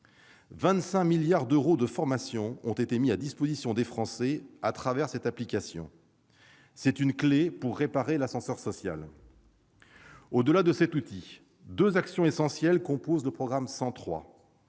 25 milliards d'euros de formation ont été mis à la disposition des Français cette application. C'est une clé pour réparer l'ascenseur social. Au-delà de cet outil, deux actions essentielles composent le programme 103.